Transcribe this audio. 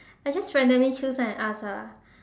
I just randomly choose and ask ah